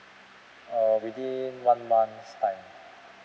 oh within one month's time